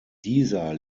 dieser